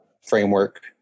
framework